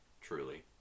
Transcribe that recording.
truly